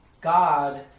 God